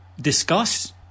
discuss